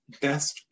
best